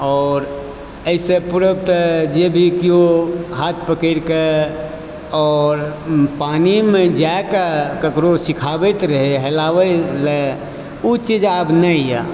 आओर एहि से पूर्व तऽ जे भी केओ हाथ पकड़ि के आओर पानि मे जाएके ककरो सिखाबैत रहै हेलाबै लए ओ चीज आब नहि यऽ